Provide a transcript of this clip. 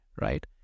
right